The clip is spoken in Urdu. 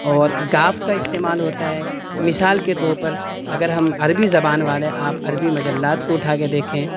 اور گاف کا استعمال ہوتا ہے مثال کے طور پر اگر ہم عربی زبان والے آپ عربی مجلات کو اٹھا کے دیکھیں